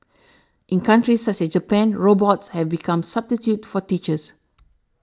in countries such as Japan robots have become substitutes for teachers